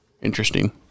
interesting